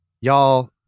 Y'all